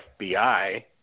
FBI